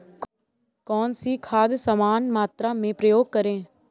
कौन सी खाद समान मात्रा में प्रयोग करें?